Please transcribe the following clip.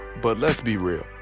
but let's be real.